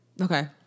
Okay